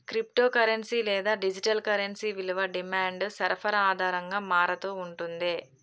crypto currency లేదా digital currency విలువ demand, సరఫరా ఆధారంగా మారతూ ఉంటుండే